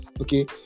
okay